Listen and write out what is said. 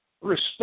respect